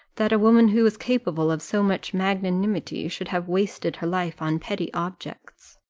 that a woman who is capable of so much magnanimity should have wasted her life on petty objects!